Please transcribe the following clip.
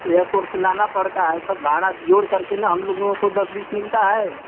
airport से लाना पड़ता है सब भाड़ा जोड़कर के ना हम लोगों को दस बीस मिलता है